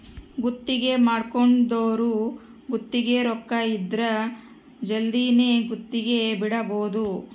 ಗುತ್ತಿಗೆ ಮಾಡ್ಕೊಂದೊರು ಗುತ್ತಿಗೆ ರೊಕ್ಕ ಇದ್ರ ಜಲ್ದಿನೆ ಗುತ್ತಿಗೆ ಬಿಡಬೋದು